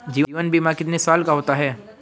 जीवन बीमा कितने साल का होता है?